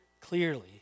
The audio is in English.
clearly